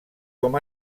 com